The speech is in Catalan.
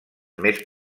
més